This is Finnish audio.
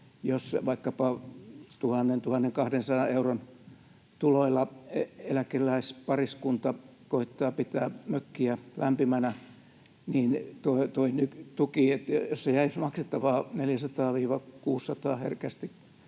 jos vaikkapa 1 000—1 200 euron tuloilla eläkeläispariskunta koettaa pitää mökkiä lämpimänä, niin tuki, jossa jäisi maksettavaa herkästi